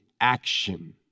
action